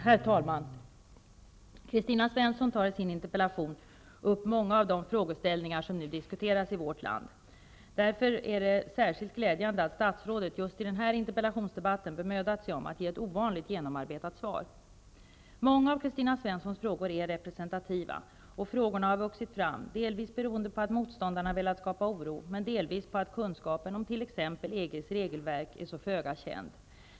Herr talman! Kristina Svensson tar i sin interpellation upp många av de frågeställningar som dikuteras i vårt land. Det är därför särskilt glädjande att statsrådet i den här interpellationsdebatten bemödat sig om ett ovanligt genomarbetat svar. Många av Kristina Svenssons frågor är representativa. Frågorna har vuxit fram beroende delvis på att motståndarna har velat skapa oro, delvis på att kunskapen om t.ex. regelverk är så föga känd.